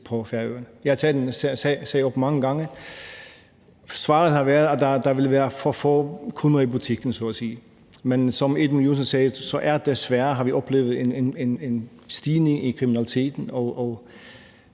Jeg har taget den sag op mange gange, og svaret har været, at der vil være for få kunder i butikken så at sige. Men som Edmund Joensen sagde, har vi desværre oplevet en stigning i kriminaliteten,